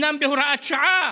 אומנם בהוראת שעה,